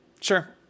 Sure